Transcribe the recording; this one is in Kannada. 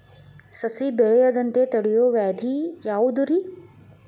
ಸಸಿ ಬೆಳೆಯದಂತ ತಡಿಯೋ ವ್ಯಾಧಿ ಯಾವುದು ರಿ?